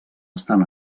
estan